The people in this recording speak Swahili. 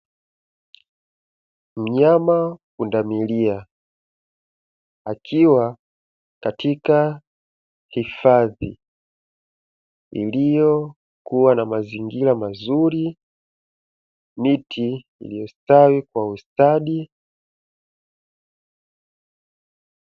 Mnyama pundamilia akiwa katika hifadhi iliyokuwa na mazingira mazuri, miti iliyostawi kwa ustadi.